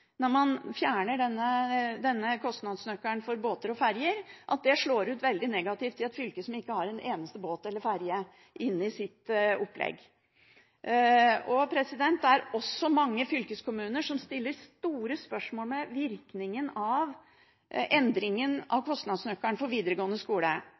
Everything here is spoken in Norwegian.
når man fjerner kostnadsnøkkelen for båter og ferjer, for det slår veldig negativt ut i et fylke som ikke har en eneste båt eller ferje inne i sitt opplegg. Det er også mange fylkeskommuner som setter store spørsmålstegn ved virkningen av endringen av